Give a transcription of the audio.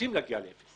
רוצים להגיע לאפס